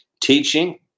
teaching